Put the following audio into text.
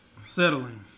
Settling